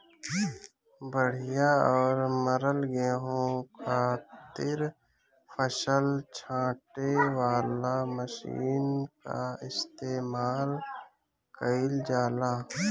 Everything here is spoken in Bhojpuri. बढ़िया और मरल गेंहू खातिर फसल छांटे वाला मशीन कअ इस्तेमाल कइल जाला